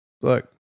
look